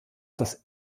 das